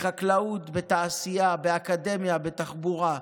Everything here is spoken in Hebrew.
בחקלאות, בתעשייה, באקדמיה, בתחבורה.